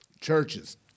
Churches